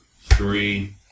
three